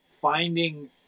finding